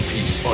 Peace